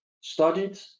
studied